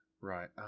Right